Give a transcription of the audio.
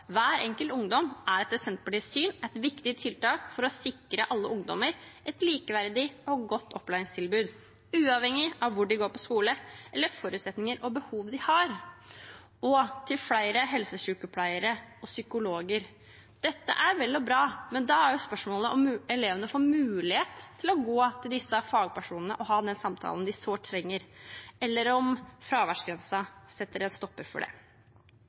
hver enkelt ungdom er etter Senterpartiets syn et viktig tiltak for å sikre alle ungdommer et likeverdig og godt opplæringstilbud, uavhengig av hvor de går på skole, eller hvilke forutsetninger og behov de har. Når det gjelder flere helsesykepleiere og psykologer, er det vel og bra, men da er spørsmålet om elevene får mulighet til å gå til disse fagpersonene og ha den samtalen de sårt trenger, eller om fraværsgrensen setter en stopper for det.